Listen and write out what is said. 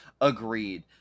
agreed